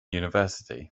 university